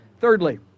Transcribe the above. Thirdly